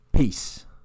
Peace